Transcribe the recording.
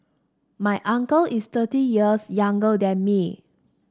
my uncle is thirty years younger than me